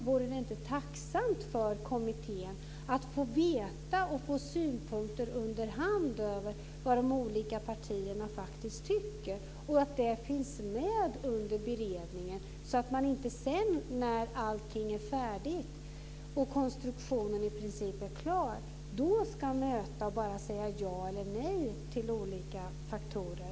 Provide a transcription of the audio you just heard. Vore det inte tacksamt för kommittén att få veta under hand vad de olika partierna faktiskt tycker och få synpunkter på detta så att det finns med under beredningen? Annars får man ju detta när allting färdigt och konstruktionen i princip i klar. Då kan man bara möta det genom att säga ja eller nej till olika faktorer.